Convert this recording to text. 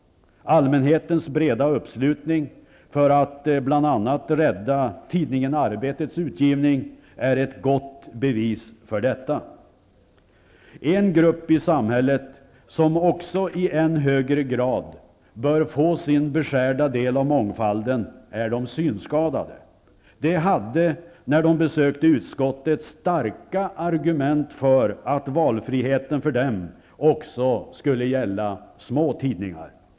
Allmänhetens breda uppslutning för att bl.a. rädda tidningen Arbetets utgivning är ett gott bevis för detta. En grupp i samhället som också i än högre grad bör få sin beskärda del av mångfalden är de synskadade. De hade, när de besökte utskottet, starka argument för att valfriheten för dem också skulle gälla små tidingar.